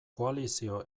koalizio